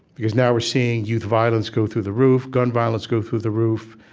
because now we're seeing youth violence go through the roof, gun violence go through the roof,